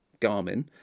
Garmin